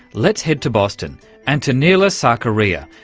let's head to boston and to neela sakaria,